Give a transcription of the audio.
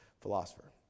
philosopher